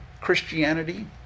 Christianity